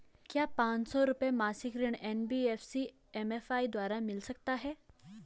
क्या पांच सौ रुपए मासिक ऋण एन.बी.एफ.सी एम.एफ.आई द्वारा मिल सकता है?